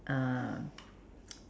uh